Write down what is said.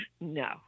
no